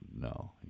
No